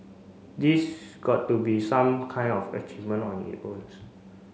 these got to be some kind of achievement on it owns